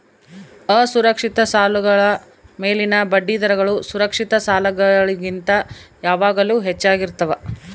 ಅಸುರಕ್ಷಿತ ಸಾಲಗಳ ಮೇಲಿನ ಬಡ್ಡಿದರಗಳು ಸುರಕ್ಷಿತ ಸಾಲಗಳಿಗಿಂತ ಯಾವಾಗಲೂ ಹೆಚ್ಚಾಗಿರ್ತವ